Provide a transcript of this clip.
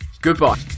goodbye